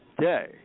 day